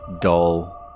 dull